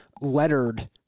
lettered